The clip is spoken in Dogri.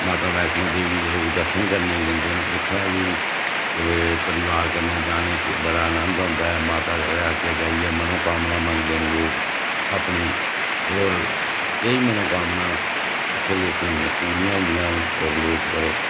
माता वैश्नो देवी लोग दर्शन करने गी जंदे न उत्थें बी परिवार कन्नै जाने च बड़ा नंद औंदा ऐ माता क अग्गें जाइयै मनोकामनां मंगदे न लोग अपनी होर केईं मनोकामनां उत्थें लोकें दियां पूरियां होंदियां न होर लोक बड़े